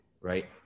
right